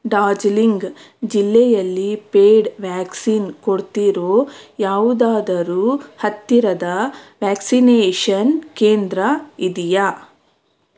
ಡಾರ್ಜಿಲಿಂಗ್ ಜಿಲ್ಲೆಯಲ್ಲಿ paid vaccine ಕೊಡ್ತಿರೋ ಯಾವುದಾದರೂ ಹತ್ತಿರದ ವ್ಯಾಕ್ಸಿನೇಷನ್ ಕೇಂದ್ರ ಇದೆಯಾ